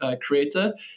creator